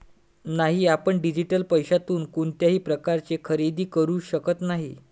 नाही, आपण डिजिटल पैशातून कोणत्याही प्रकारचे खरेदी करू शकत नाही